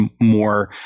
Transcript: more